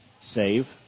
save